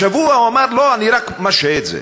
השבוע הוא אמר: לא, אני רק משהה את זה.